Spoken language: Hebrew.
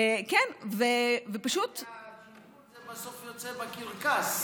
רק שהג'נגול זה בסוף יוצא בקרקס,